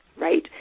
right